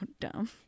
dumb